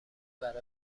برا